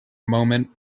moment